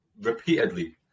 repeatedly